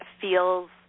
feels